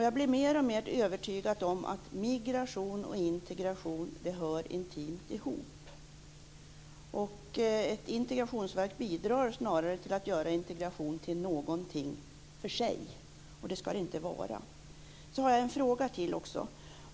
Jag blir mer och mer övertygad om att migration och integration intimt hör ihop. Ett integrationsverk bidrar snarare till att göra integration till någonting för sig, och det ska det inte vara. Så har jag en fråga.